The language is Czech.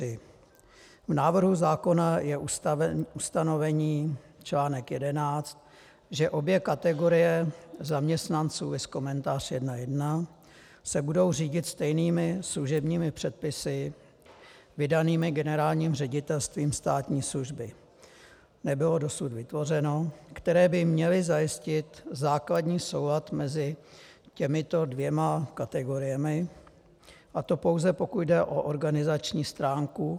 V návrhu zákona je ustanovení článek 11 že obě kategorie zaměstnanců viz komentář 1.1. se budou řídit stejnými služebními předpisy vydanými Generálním ředitelstvím státní služby nebylo dosud vytvořeno , které by měly zajistit základní soulad mezi těmito dvěma kategoriemi, a to pouze pokud jde o organizační stránku.